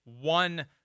one